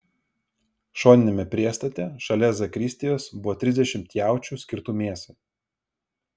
šoniniame priestate šalia zakristijos buvo trisdešimt jaučių skirtų mėsai